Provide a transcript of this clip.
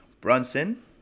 Brunson